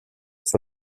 sur